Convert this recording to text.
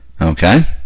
Okay